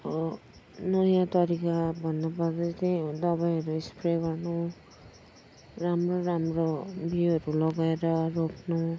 नयाँ तरिका भन्नुपर्दा चाहिँ हो दबाईहरू स्प्रे गर्नु राम्रो राम्रो बिउहरू लगाएर रोप्नु